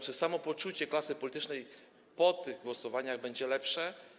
Czy samo poczucie klasy politycznej po tych głosowaniach będzie lepsze?